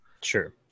Sure